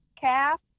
calf